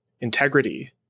integrity